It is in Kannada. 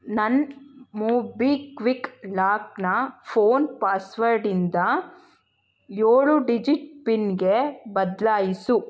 ನನ್ನ ಮೋಬಿಕ್ವಿಕ್ ಲಾಕ್ನ ಫೋನ್ ಪಾಸ್ವರ್ಡಿಂದ ಏಳು ಡಿಜಿಟ್ ಪಿನ್ಗೆ ಬದಲಾಯಿಸು